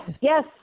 yes